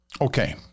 Okay